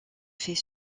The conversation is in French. fait